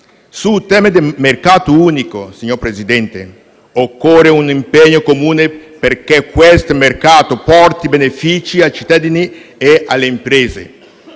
Sul tema del mercato unico, signor Presidente, occorre un impegno comune perché questo mercato porti benefici ai cittadini e alle imprese,